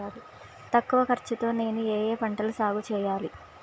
తక్కువ ఖర్చు తో నేను ఏ ఏ పంటలు సాగుచేయాలి?